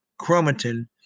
chromatin